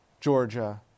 Georgia